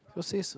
yours says